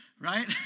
right